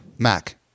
Mac